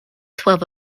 twelve